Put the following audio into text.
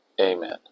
Amen